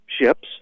ships